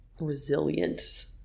resilient